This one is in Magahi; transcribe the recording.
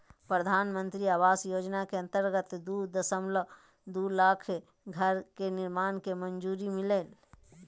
प्रधानमंत्री आवास योजना के अंतर्गत दू दशमलब दू लाख घर के निर्माण के मंजूरी मिललय